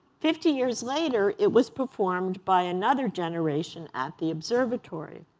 fifty years later, it was performed by another generation at the observatory.